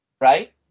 Right